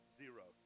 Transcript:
zero